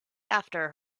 after